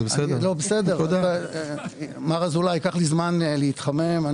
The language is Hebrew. מר אבידן, ייקח לי זמן להתחמם.